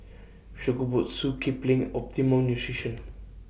Shokubutsu Kipling Optimum Nutrition